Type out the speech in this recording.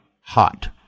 hot